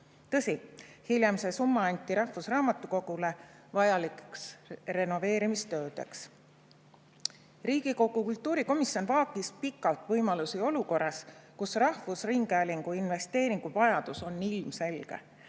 Tõsi, hiljem see summa anti rahvusraamatukogule vajalikeks renoveerimistöödeks. Riigikogu kultuurikomisjon vaagis pikalt võimalusi olukorras, kus rahvusringhäälingu investeeringuvajadus on ilmselge